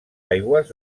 aigües